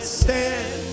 stand